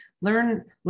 learn